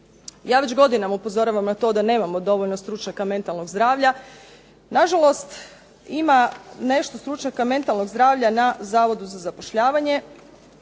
Ja već godinama upozoravam na to da nemamo dovoljno stručnjaka mentalnog zdravlja. Nažalost ima nešto stručnjaka mentalnog zdravlja na Zavodu za zapošljavanje.